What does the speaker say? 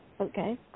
okay